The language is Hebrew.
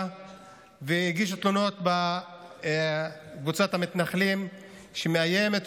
והגישו תלונות נגד קבוצת המתנחלים שמאיימת,